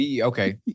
Okay